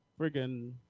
friggin